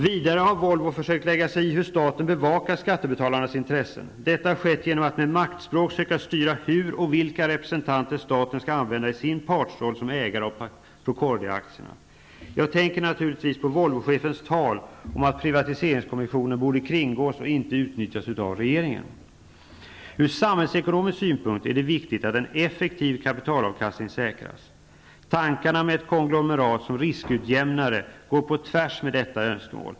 Vidare har Volvo försökt lägga sig i hur staten bevakar skattebetalarnas intressen. Detta har skett genom att man med maktspråk sökt styra vilka representanter staten skall använda i sin partsroll som ägare av Procordiaaktierna. Jag tänker naturligtvis på Volvochefens tal om att privatiseringskommissionen borde kringgås och inte utnyttjas av regeringen. Från samhällsekonomisk synpunkt är det viktigt att en effektiv kapitalavkastning säkras. Tankarna med ett konglomerat som riskutjämnare går tvärtemot detta önskemål.